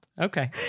Okay